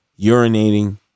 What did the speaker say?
urinating